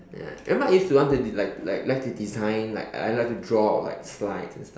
ya remember I used to you want to like like to design like like to draw out like slides and stuff